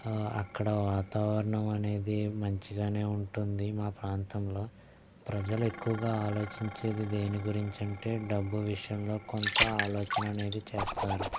అక్కడ వాతావరణం అనేది మంచిగానే ఉంటుంది మా ప్రాంతంలో ప్రజలు ఎక్కువగా ఆలోచించేది దేని గురించి అంటే డబ్బు విషయంలో కొంత ఆలోచన అనేది చేస్తారు